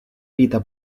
vita